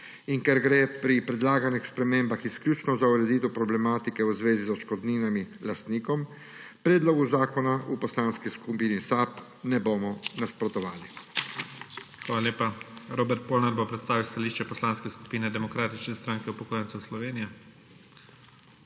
Ker gre pri predlaganih spremembah izključno za ureditev problematike v zvezi z odškodninami lastnikom, predlogu zakona v Poslanski skupini SAB ne bomo nasprotovali. **PREDSEDNIK IGOR ZORČIČ:** Hvala lepa. Robert Polnar bo predstavil stališče Poslanske skupine Demokratične stranke upokojencev Slovenije.